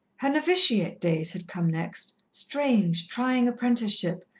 her novitiate days had come next strange, trying apprenticeship,